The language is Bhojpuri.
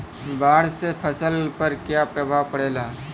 बाढ़ से फसल पर क्या प्रभाव पड़ेला?